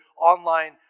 online